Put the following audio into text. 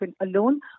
alone